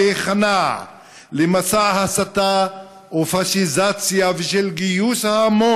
תוצאה של מסע ההסתה השקרי שליבה ביבי נתניהו